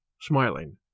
smiling